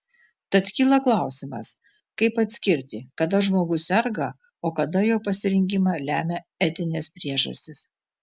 tad kyla klausimas kaip atskirti kada žmogus serga o kada jo pasirinkimą lemia etinės priežastys